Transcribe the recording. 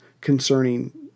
concerning